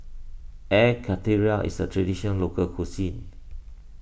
Air Karthira is a Traditional Local Cuisine